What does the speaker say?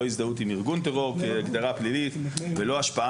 לא הזדהות עם ארגון טרור כהגדרה פלילית ולא השפעה